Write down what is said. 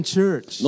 church